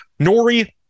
Nori